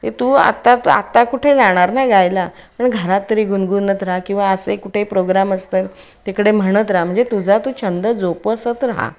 ते तू आत्ता त आता कुठे जाणार ना गायला पण घरात तरी गुणगुणत राहा किंवा असे कुठे प्रोग्राम असतील तिकडे म्हणत राहा म्हणजे तुझा तू छंद जोपासत राहा